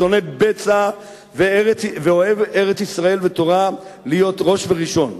שונא בצע ואוהב ארץ-ישראל ותורה להיות ראש וראשון,